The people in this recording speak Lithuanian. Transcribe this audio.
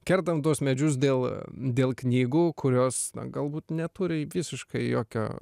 kertam tuos medžius dėl dėl knygų kurios galbūt neturi visiškai jokio